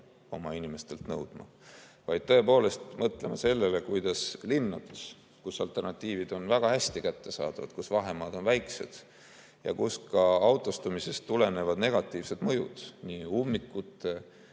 oma inimestelt nõudma, vaid tõepoolest mõtlema sellele, kuidas linnades, kus alternatiivid on väga hästi kättesaadavad, kus vahemaad on väikesed ja kus ka autostumisest tulenevad negatiivsed mõjud nii ummikute